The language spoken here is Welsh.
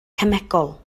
cemegol